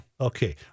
Okay